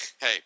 Hey